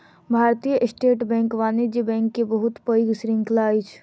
भारतीय State Bank वाणिज्य bank के बहुत पैघ श्रृंखला अछि